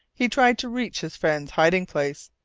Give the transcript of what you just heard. he tried to reach his friend's hiding place.